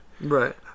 Right